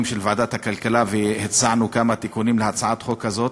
בוועדת הכלכלה והצענו כמה תיקונים להצעת החוק הזאת.